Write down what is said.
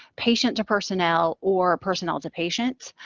patient to personnel, or personnel to patients.